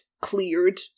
cleared